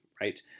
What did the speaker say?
right